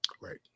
Right